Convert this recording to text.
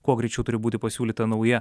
kuo greičiau turi būti pasiūlyta nauja